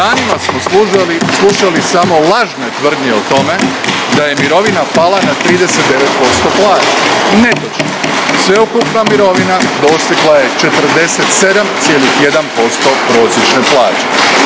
Danima smo slušali smo lažne tvrdnje o tome da je mirovina pala na 39% plaće. Netočno! Sveukupna mirovina dosegla je 47,1%